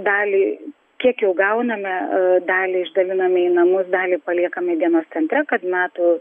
dalį kiek jau gauname dalį išdaliname į namus dalį paliekame dienos centre kad metų